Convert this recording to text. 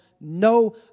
no